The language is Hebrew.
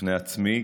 בפני עצמי,